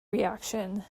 reaction